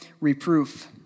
reproof